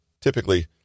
Typically